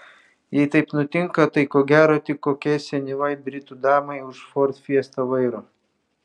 jei taip nutinka tai ko gero tik kokiai senyvai britų damai už ford fiesta vairo